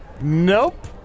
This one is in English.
Nope